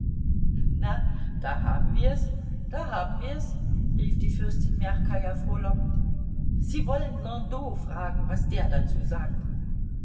na da haben wir's da haben wir's rief die fürstin mjachkaja frohlockend sie wollen landau fragen was der dazu sagt